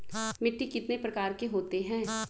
मिट्टी कितने प्रकार के होते हैं?